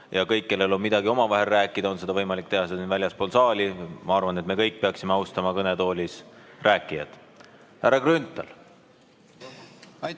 kellel on midagi omavahel rääkida, on võimalik teha seda väljaspool saali. Ma arvan, et me peaksime austama kõnetoolis rääkijaid. Härra Grünthal!